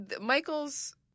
Michaels